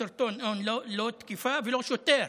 בסרטון, לא תקיפה ולא שוטר.